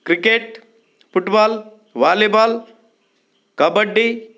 cricket football volleyball kabaddi